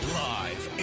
live